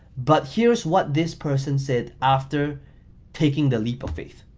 but here's what this person said after taking the leap of faith.